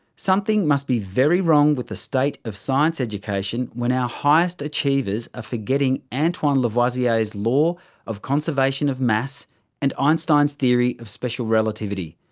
something must be very wrong with the state of science education when our highest achievers are ah forgetting antoine lavoisier's law of conservation of mass and einstein's theory of special relativity,